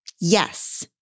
yes